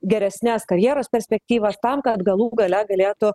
geresnes karjeros perspektyvas tam kad galų gale galėtų